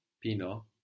pino